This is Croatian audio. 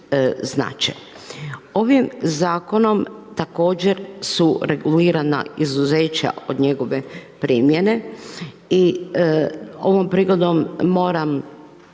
Zakonom također su regulirana izuzeća od njegove primjene i ovom prigodom moram